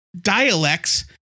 dialects